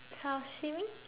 sashimi